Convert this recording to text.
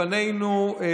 אתה